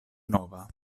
nova